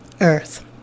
earth